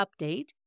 update